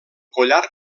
collar